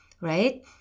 right